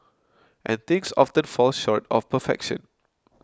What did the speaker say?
and things often fall short of perfection